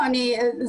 אני חייבת להתערב.